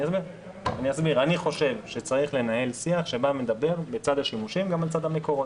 אני חושב שצריך לנהל שיח שבא ומדבר בצד השימושים גם על צד המקורות.